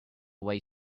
way